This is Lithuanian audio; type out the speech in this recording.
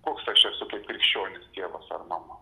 koks aš esu krikščionis tėvas ar mama